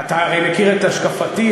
אתה מכיר את השקפתי,